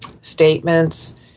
statements